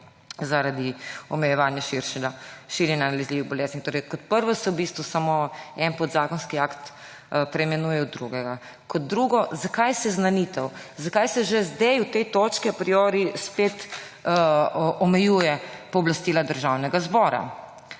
zaradi omejevanja širjenja nalezljivih bolezni. Kot prvo, v bistvu se samo en podzakonski akt preimenuje v drugega. Kot drugo − zakaj seznanitev? Zakaj se že zdaj v tej točki a priori spet omejujejo pooblastila Državnega zbora?